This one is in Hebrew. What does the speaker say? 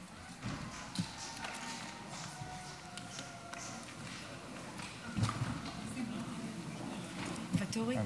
ואטורי,